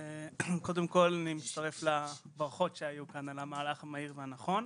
קודם כל אני מצטרף לברכות שהיו כאן על המהלך המהיר והנכון,